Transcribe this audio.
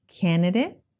candidate